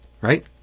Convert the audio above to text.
right